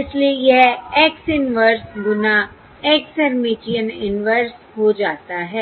इसलिए यह X inverse गुना X हर्मिटियन इन्वर्स हो जाता है